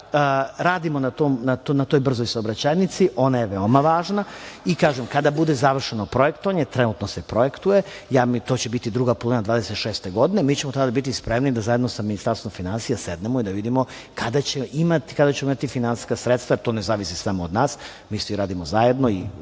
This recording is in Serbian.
da radimo na toj brzoj saobraćajnici. Ona je veoma važna i kažem, kada bude završeno projektovanje, trenutno se projektuje, to će biti druga polovina 2026. godine, mi ćemo tada biti spremni da zajedno sa Ministarstvom finansija sednemo i da vidimo kada ćemo imati finansijska sredstva. To ne zavisi samo od nas, mi svi radimo zajedno,